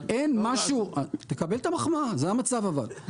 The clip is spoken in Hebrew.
אבל אין משהו, תקבל את המחמאה, זה המצב אבל.